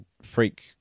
freak